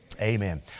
Amen